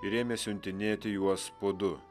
ir ėmė siuntinėti juos po du